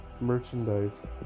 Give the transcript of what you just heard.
merchandise